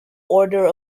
order